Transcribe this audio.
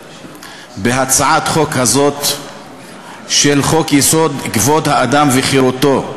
בהצעת החוק הזאת לתיקון חוק-יסוד: כבוד האדם וחירותו,